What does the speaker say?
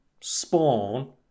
Spawn